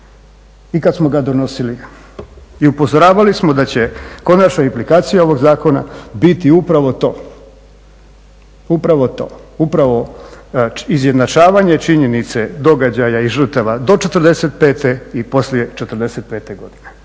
I kad smo ga donosili upozoravali smo da će konačno implikacija ovog zakona biti upravo to, upravo to, upravo izjednačavanje činjenice događaja i žrtava do '45. i poslije '45. godine.